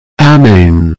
Amen